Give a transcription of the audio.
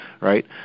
right